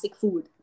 food